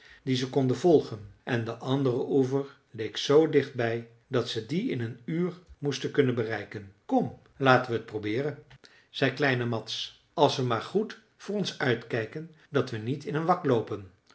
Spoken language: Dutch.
dien ze konden volgen en de andere oever leek zoo dichtbij dat ze dien in een uur moesten kunnen bereiken kom laten we het probeeren zei kleine mads als we maar goed voor ons uit kijken dat we niet in een wak loopen